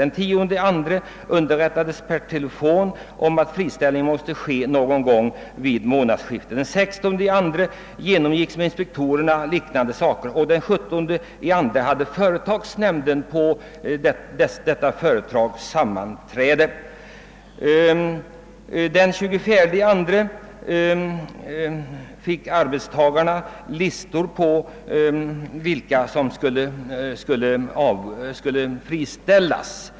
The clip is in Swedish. Den 10 februari underrättade man per telefon om att friställningarna måste komma någon gång vid månadsskiftet. Den 16 februari skedde en genomgång med inspektorerna och den 17 februari hade företagsnämnden i detta företag sammanträde. Den 24 februari fick arbetstagarna listor på vilka som skulle friställas.